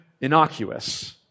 innocuous